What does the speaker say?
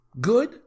good